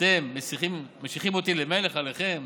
אתם משחים אתי למלך עליכם